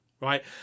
Right